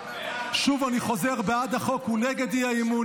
אני חוזר: בעד החוק זה נגד האי-אמון,